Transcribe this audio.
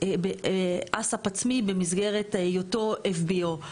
אס"פ עצמי, במסגרת היותו FBO,